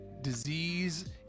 disease